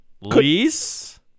Lease